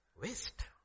waste